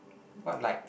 what like